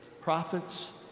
prophets